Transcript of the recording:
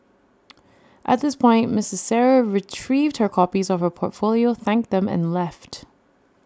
at this point Ms Sarah retrieved her copies of her portfolio thanked them and left